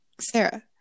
sarah